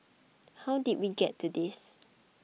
how did we get to this